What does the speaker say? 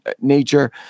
nature